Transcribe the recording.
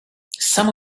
some